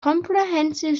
comprehensive